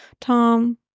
tom